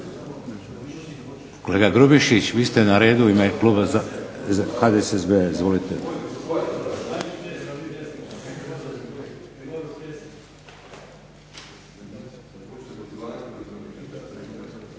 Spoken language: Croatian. Kolega Grubišić, vi ste na redu u ime kluba HDSSB-a. Izvolite.